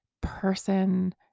person